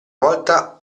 volta